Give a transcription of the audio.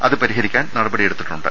അത് പരിഹരിക്കാൻ നടപടിയെടുത്തിട്ടുണ്ട്